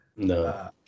No